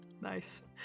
Nice